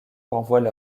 renvoient